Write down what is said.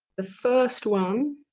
the first one